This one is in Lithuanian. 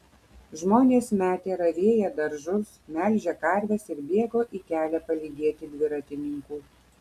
žmonės metė ravėję daržus melžę karves ir bėgo į kelią palydėti dviratininkų